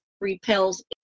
repels